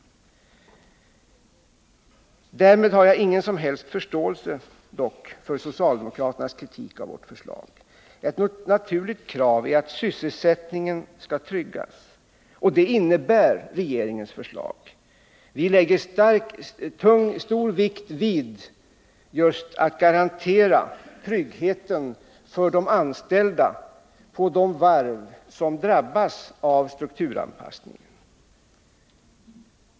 Därmed har jag dock ingen som helst förståelse för socialdemokraternas kritik av vårt förslag. Ett naturligt krav är att sysselsättningen skall tryggas, och det innebär regeringens förslag. Vi lägger stor vikt vid just att garantera tryggheten för de anställda på de varv som drabbas av strukturanpassningen.